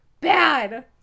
bad